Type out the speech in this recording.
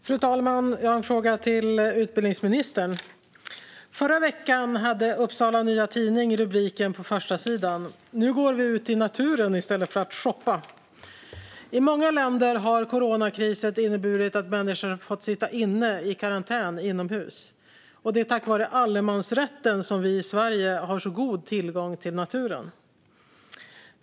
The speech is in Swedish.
Fru talman! Jag har en fråga till utbildningsministern. Förra veckan hade Upsala Nya Tidning denna rubrik på första sidan: "Nu går vi ut i naturen i stället för att shoppa". I många länder har coronakrisen inneburit att människor har fått sitta i karantän inomhus. Det är tack vare allemansrätten som vi i Sverige har god tillgång till naturen.